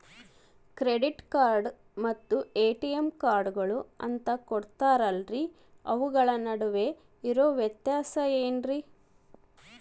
Credit card ಮತ್ತ ATM ಕಾರ್ಡುಗಳು ಅಂತಾ ಕೊಡುತ್ತಾರಲ್ರಿ ಅವುಗಳ ನಡುವೆ ಇರೋ ವ್ಯತ್ಯಾಸ ಏನ್ರಿ?